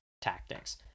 tactics